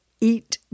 eat